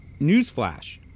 newsflash